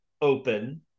open